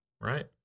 right